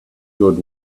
good